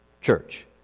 church